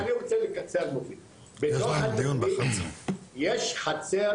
יש חצר